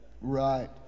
Right